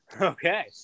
Okay